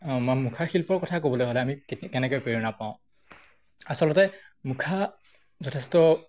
মুখাশিল্পৰ কথা ক'বলৈ হ'লে আমি কেনেকৈ প্ৰেৰণা পাওঁ আচলতে মুখা যথেষ্ট